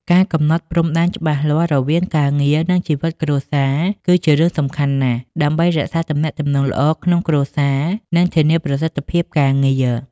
ការកំណត់ព្រំដែនច្បាស់លាស់រវាងការងារ និងជីវិតគ្រួសារ គឺជារឿងសំខាន់ណាស់ ដើម្បីរក្សាទំនាក់ទំនងល្អក្នុងគ្រួសារ និងធានាប្រសិទ្ធភាពការងារ។